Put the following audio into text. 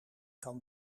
kan